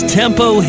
tempo